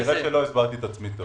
כנראה לא הסברתי את עצמי טוב.